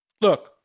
Look